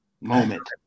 moment